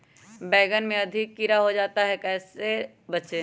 बैंगन में अधिक कीड़ा हो जाता हैं इससे कैसे बचे?